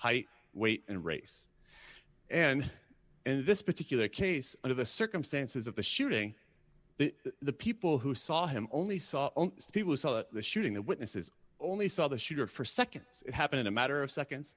height weight and race and in this particular case under the circumstances of the shooting the people who saw him only saw people saw the shooting the witnesses only saw the shooter for seconds happen in a matter of seconds